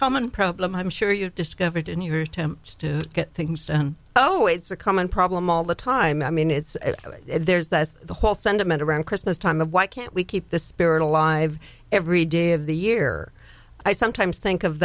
common problem i'm sure you've discovered in your attempts to get think oh it's a common problem all the time i mean it's there's that whole sentiment around christmas time of why can't we keep the spirit alive every day of the year i sometimes think of